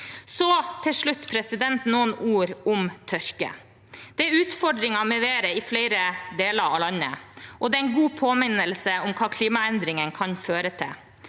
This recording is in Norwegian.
Til slutt noen ord om tørke: Det er utfordringer med været i flere deler av landet, og det er en god påminnelse om hva klimaendringene kan føre til.